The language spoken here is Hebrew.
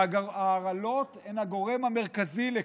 ואגב, ההרעלות הן הגורם המרכזי לכך.